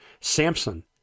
Samson